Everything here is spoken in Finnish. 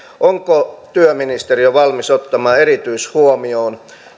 onko työministeriö valmis ottamaan erityishuomioon